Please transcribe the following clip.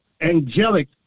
angelic